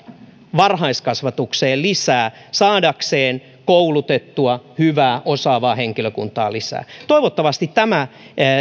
varhaiskasvatukseen lisää saadakseen koulutettua hyvää osaavaa henkilökuntaa lisää toivottavasti tämä